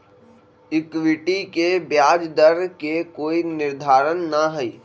equity के ब्याज दर के कोई निर्धारण ना हई